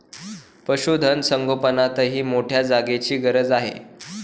पशुधन संगोपनातही मोठ्या जागेची गरज आहे